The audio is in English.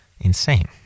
insane